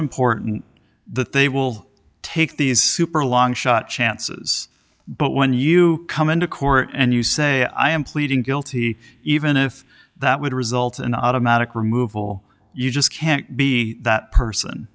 important that they will take these super long shot chances but when you come into court and you say i am pleading guilty even if that would result in an automatic removal you just can't be that person